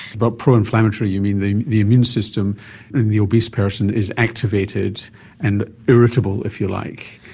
but pro-inflammatory you mean the the immune system in the obese person is activated and irritable, if you like.